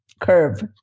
curve